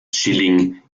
schilling